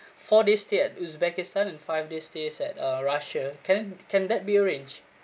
four days stay at uzbekistan and five days stays at uh russia can can that be arranged